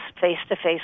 face-to-face